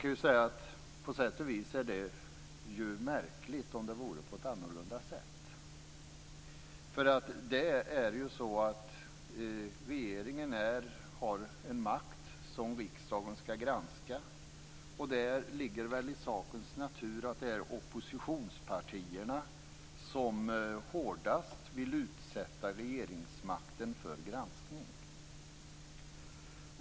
På sätt och vis vore det väl märkligt om det var på ett annat sätt. Regeringen har en makt som riksdagen skall granska. Det ligger väl i sakens natur att det är oppositionspartierna som hårdast vill utsätta regeringsmakten för granskning.